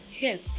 Yes